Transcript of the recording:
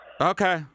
Okay